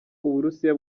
uburusiya